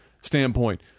standpoint